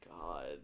God